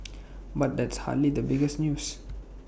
but that's hardly the biggest news